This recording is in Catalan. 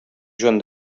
joan